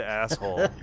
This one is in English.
asshole